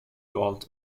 gold